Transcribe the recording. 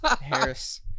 Harris